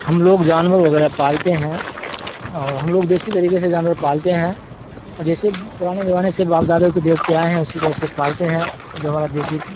ہم لوگ جانور وغیرہ پالتے ہیں اور ہم لوگ دیسی طریقے سے جانور پالتے ہیں اور جیسے پرانے زمانے سے باپ دادوں کے دیکھتے آئے ہیں اسی طرح سے پالتے ہیں جو ہمارا دیسی